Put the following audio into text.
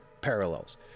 Parallels